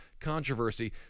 Controversy